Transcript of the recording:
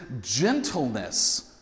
gentleness